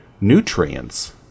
nutrients